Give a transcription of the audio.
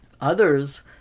Others